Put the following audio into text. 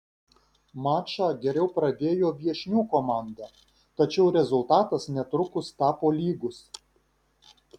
mačą geriau pradėjo viešnių komanda tačiau rezultatas netrukus tapo lygus